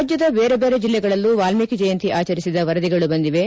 ರಾಜ್ಯದ ಬೇರೆ ಬೇರೆ ಜಿಲ್ಲೆಗಳಲ್ಲೂ ವಾಲ್ಮೀಕಿ ಜಯಂತಿ ಆಚರಿಸಿದ ವರದಿಗಳು ಬಂದಿವೆ